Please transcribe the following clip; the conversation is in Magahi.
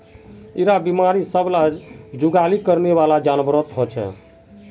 इरा बिमारी सब ला जुगाली करनेवाला जान्वारोत होचे